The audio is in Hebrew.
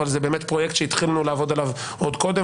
אבל זה באמת פרויקט שהתחילו לעבוד עליו עוד קודם